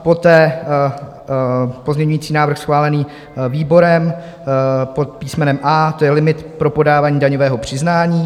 Poté pozměňovací návrh schválený výborem pod písmenem A, to je limit pro podávání daňového přiznání.